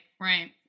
right